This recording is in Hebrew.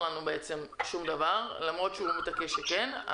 הפעלנו את כל הקשרים הכי גדולים כדי שכן יגיעו.